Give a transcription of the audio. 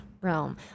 realm